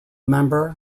member